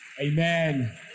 Amen